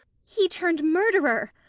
he turn'd murderer!